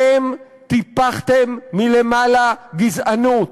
אתם טיפחתם מלמעלה גזענות,